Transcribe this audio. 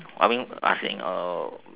I mean asking